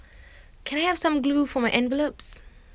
can I have some glue for my envelopes